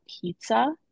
pizza